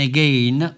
Again